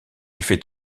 fait